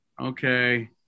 okay